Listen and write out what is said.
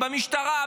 במשטרה,